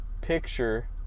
picture